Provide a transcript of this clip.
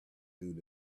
through